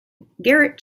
garrett